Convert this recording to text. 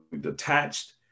detached